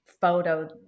photo